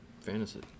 fantasy